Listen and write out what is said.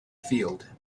field